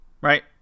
Right